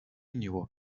него